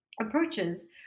approaches